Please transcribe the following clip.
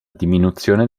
diminuzione